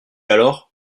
alors